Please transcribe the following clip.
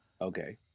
Okay